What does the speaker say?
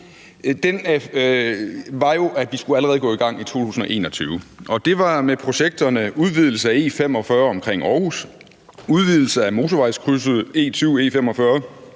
var jo, at vi allerede skulle gå i gang i 2021. Og det var med projekterne om udvidelse af E45 omkring Århus, udvidelse af motorvejskrydset E20 og E45